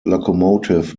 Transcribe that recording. locomotive